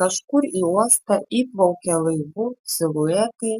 kažkur į uostą įplaukia laivų siluetai